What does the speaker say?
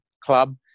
Club